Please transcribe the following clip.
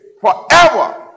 forever